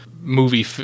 movie